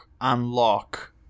unlock